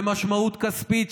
ומשמעות כספית,